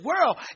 world